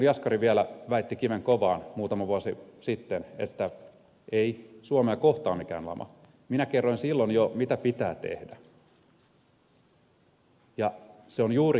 jaskari vielä väitti kivenkovaan muutama vuosi sitten että ei suomea kohtaa mikään lama minä kerroin jo mitä pitää tehdä ja se on juuri se setelirahoitus